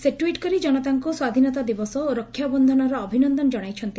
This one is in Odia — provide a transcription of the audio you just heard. ସେ ଟ୍ୱିଟ୍ କରି ଜନତାଙ୍କୁ ସ୍ୱାଧୀନତା ଦିବସ ଓ ରକ୍ଷା ବକ୍ଷନର ଅଭିନନ୍ଦନ ଜଣାଇଛନ୍ତି